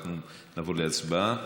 אנחנו נעבור להצבעה.